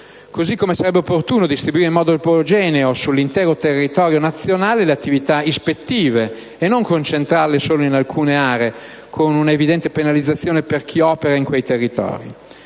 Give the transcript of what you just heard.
Così come sarebbe opportuno distribuire in modo omogeneo sull'intero territorio nazionale le attività ispettive, non concentrandole solamente su alcune aree, ciò che comporta una evidente penalizzazione per chi opera in quei territori.